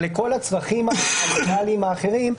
אבל לכל הצרכים הלגליים האחרים,